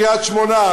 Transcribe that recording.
קריית-שמונה,